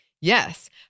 Yes